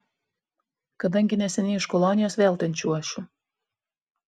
kadangi neseniai iš kolonijos vėl ten čiuošiu